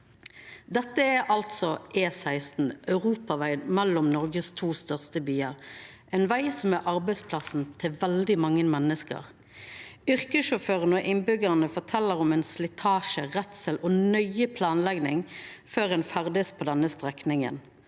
Dette er altså E16, europavegen mellom dei to største byane i Noreg, ein veg som er arbeidsplassen til veldig mange menneske. Yrkessjåførar og innbyggjarar fortel om slitasje, redsel og nøye planlegging før ein ferdast på denne strekninga.